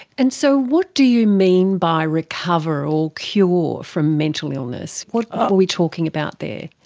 and so what do you mean by recover or cure from mental illness? what are we talking about there?